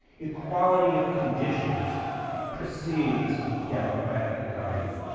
equality of conditions precedes democratic government.